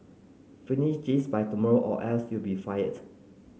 finish this by tomorrow or else you'll be fired